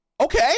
Okay